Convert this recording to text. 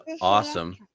awesome